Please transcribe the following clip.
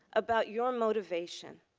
about your motivation.